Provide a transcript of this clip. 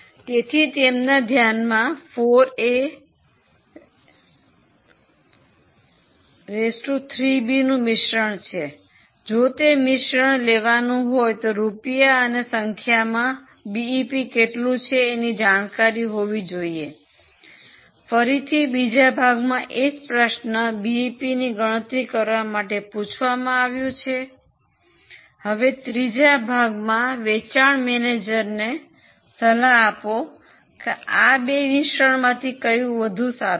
તેથી તેમના ધ્યાનમાં 4A 3B નું મિશ્રણ છે જો તે મિશ્રણ લેવાનું હોય તો રૂપિયા અને સંખ્યામાં બીઇપી કેટલું છે એની જાણકારી હોવું જોયીયે ફરીથી બીજા ભાગમાં એજ પ્રશ્ન બીઈપીની ગણતરી કરવા માટે પૂછવામાં આવ્યું છે હવે ત્રીજા ભાગમાં વેચાણ મેનેજરને સલાહ આપો કે આ બે મિશ્રણ માંથી કયું વધુ સારું છે